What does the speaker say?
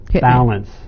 balance